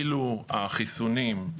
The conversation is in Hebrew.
אילו החיסונים,